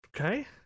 Okay